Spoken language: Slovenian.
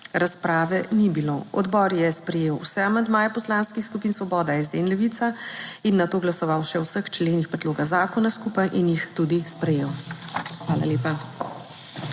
Razprave ni bilo. Odbor je sprejel vse amandmaje poslanskih skupin Svoboda, SD in Levica in nato glasoval še o vseh členih predloga zakona skupaj in jih tudi sprejel. Hvala lepa.